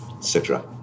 Citra